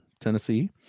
Tennessee